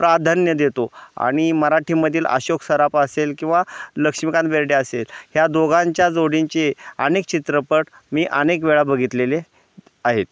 प्राधान्य देतो आणि मराठीमधील अशोक सराफ असेल किंवा लक्ष्मीकांत बेर्डे असेल ह्या दोघांच्या जोडींचे अनेक चित्रपट मी अनेक वेळा बघितलेले आहेत